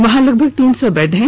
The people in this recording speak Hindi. वहां लगभग तीन सौ बेड हैं